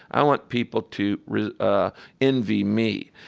i want people to ah envy me.